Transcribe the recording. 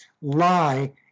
lie